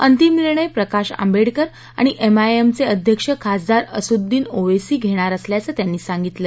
अंतिम निर्णय प्रकाश आंबेडकर आणि एमआयएमचे अध्यक्ष खासदार असद्दीन ओवेसी घेणार असल्याचं त्यांनी सांगितलं